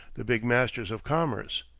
the big masters of commerce,